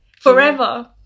Forever